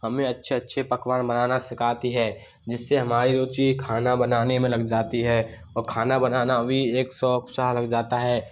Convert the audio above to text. हमें अच्छे अच्छे पकवान बनाना सिखाती है जिससे हमारी रुचि खाना बनाने में लग जाती है और खाना बनाना भी एक शौक सा लग जाता है